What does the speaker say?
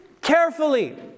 carefully